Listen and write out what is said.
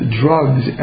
drugs